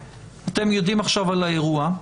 אתם יודעים עכשיו על האירוע.